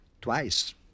Twice